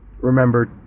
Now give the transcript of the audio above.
remember